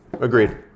agreed